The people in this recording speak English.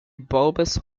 bulbous